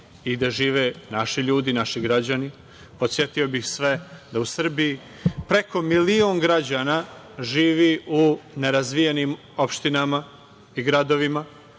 i gde žive naši ljudi, naši građani. Podsetio bih sve da u Srbiji preko milion građana živi u nerazvijenim opštinama i gradovima,